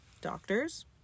doctors